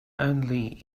only